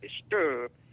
disturbed